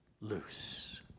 loose